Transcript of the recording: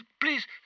please